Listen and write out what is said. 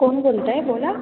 कोण बोलत आहे बोला